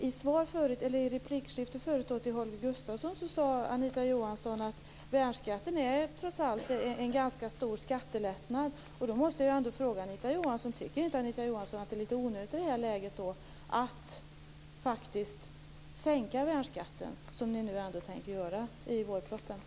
I replikskiftet med Holger Gustafsson sade Anita Johansson att värnskatten trots allt innebär en ganska stor skattelättnad. Då måste jag fråga Anita Johansson om hon inte tycker att det är litet onödigt att i detta läge sänka värnskatten, som man faktiskt tänker göra i vårpropositionen.